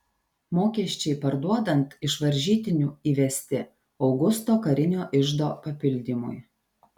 mokesčiai parduodant iš varžytinių įvesti augusto karinio iždo papildymui